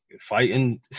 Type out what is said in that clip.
fighting